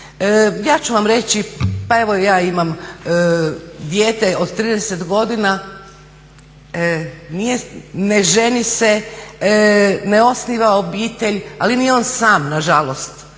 Ja ću vam reći, pa evo ja imam dijete od 30 godina, nije, ne ženi se, ne osniva obitelj, ali nije on sam nažalost,